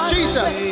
Jesus